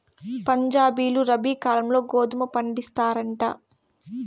పంజాబీలు రబీ కాలంల గోధుమ పండిస్తారంట